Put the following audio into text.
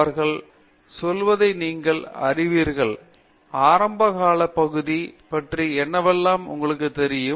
அவர்கள் சொல்வதை நீங்கள் அறிவீர்கள் ஆரம்ப கால பகுதி பற்றி என்னவெல்லாம் உங்களுக்குத் தெரியும்